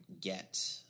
get